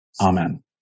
Amen